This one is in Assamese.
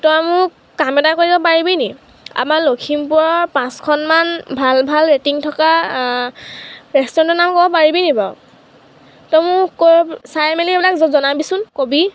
তই মোক কাম এটা কৰি দিব পাৰিবি নেকি আমাৰ লখিমপুৰৰ পাঁচখনমান ভাল ভাল ৰেটিং থকা ৰেষ্টুৰেণ্টৰ নাম ক'ব পাৰিবি নি বাৰু তই মোক কৈ চাই মেলি এইবিলাক জ জনাবিচোন কবি